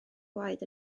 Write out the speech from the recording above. gwaed